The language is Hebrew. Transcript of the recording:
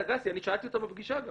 אני שאלתי את אורנית אגסי בפגישה גם